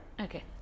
Okay